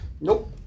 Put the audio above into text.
Nope